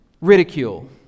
Ridicule